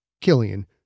Killian